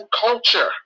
culture